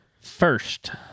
first